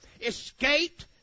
escaped